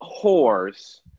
whores